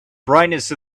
brightness